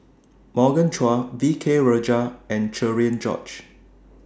Morgan Chua V K Rajah and Cherian George